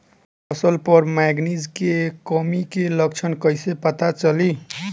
फसल पर मैगनीज के कमी के लक्षण कईसे पता चली?